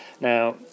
Now